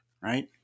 right